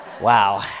Wow